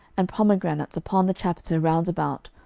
and pomegranates upon the chapiter round about,